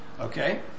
okay